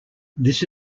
this